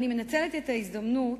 אני מנצלת את ההזדמנות,